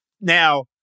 Now